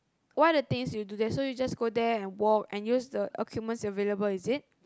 what are the things you do there so you just go there and walk and use the equipment available is it